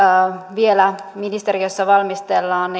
vielä ministeriössä valmistellaan